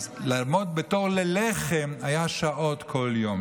עמידה בתור ללחם נמשכה שעות בכל יום.